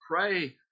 pray